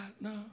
no